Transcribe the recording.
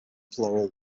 plural